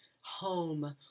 home